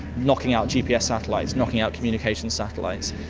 knocking out gps satellites, knocking out communication satellites.